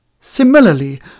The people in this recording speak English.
Similarly